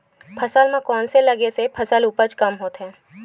फसल म कोन से लगे से फसल उपज कम होथे?